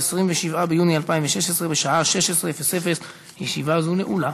27 ביוני 2016 בשעה 16:00. ישיבה זו נעולה.